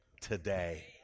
today